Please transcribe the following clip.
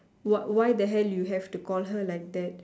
why why the hell you have to call her like that